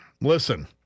listen